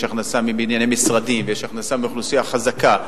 הכנסה מבנייני משרדים ויש הכנסה מאוכלוסייה חזקה,